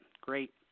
Great